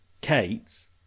Kate